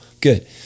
Good